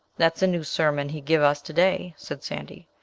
dat's a new sermon he gib us to-day, said sandy.